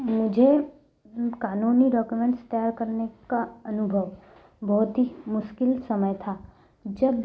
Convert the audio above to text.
मुझे कानूनी डॉक्यूमेंट तैयार करने का अनुभव बहुत ही मुश्किल समय था जब